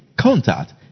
contact